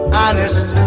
honest